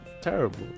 Terrible